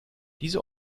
diese